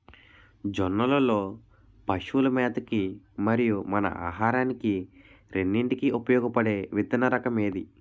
జొన్నలు లో పశువుల మేత కి మరియు మన ఆహారానికి రెండింటికి ఉపయోగపడే విత్తన రకం ఏది?